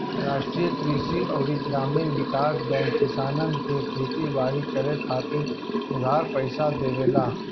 राष्ट्रीय कृषि अउरी ग्रामीण विकास बैंक किसानन के खेती बारी करे खातिर उधार पईसा देवेला